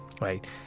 Right